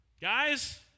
Guys